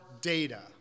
data